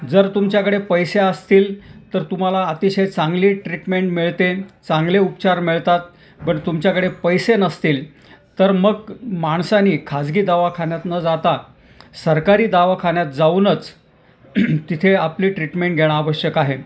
जर तुमच्याकडे पैसे असतील तर तुम्हाला अतिशय चांगली ट्रीटमेंट मिळते चांगले उपचार मिळतात पण तुमच्याकडे पैसे नसतील तर मग माणसाने खाजगी दवाखान्यात न जाता सरकारी दवाखान्यात जाऊनच तिथे आपली ट्रीटमेन घेणं आवश्यक आहे